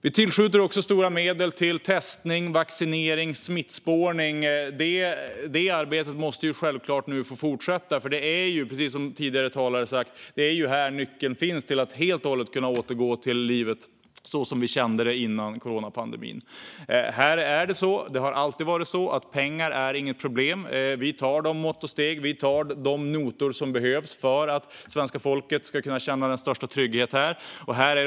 Vi tillskjuter också stora medel till testning, vaccinering och smittspårning. Det arbetet måste självklart få fortsätta, för det är, precis som tidigare talare sagt, här nyckeln finns till att helt och hållet kunna återgå till livet som vi kände det före coronapandemin. Här är pengar inget problem, och det har alltid varit så. Vi tar de mått och steg - och de notor - som behövs för att svenska folket ska kunna känna den största trygghet.